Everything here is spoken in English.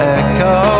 echo